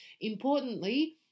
importantly